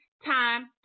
Time